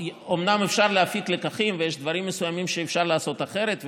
אומנם אפשר להפיק לקחים ויש דברים מסוימים שאפשר לעשות אחרת,